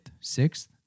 sixth